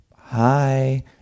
hi